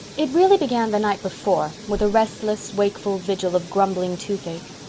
it really began the night before with a restless, wakeful vigil of grumbling toothache.